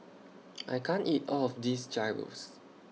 I can't eat All of This Gyros